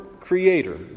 creator